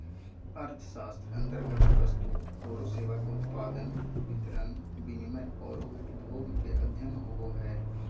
अर्थशास्त्र अन्तर्गत वस्तु औरो सेवा के उत्पादन, वितरण, विनिमय औरो उपभोग के अध्ययन होवो हइ